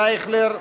אייכלר: